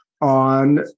on